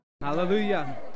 Hallelujah